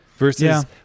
Versus